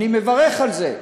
אני מברך על זה,